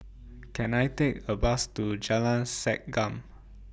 Can I Take A Bus to Jalan Segam